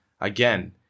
again